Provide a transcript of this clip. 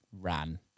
ran